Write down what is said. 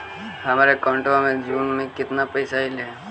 हमर अकाउँटवा मे जून में केतना पैसा अईले हे?